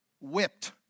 whipped